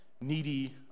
needy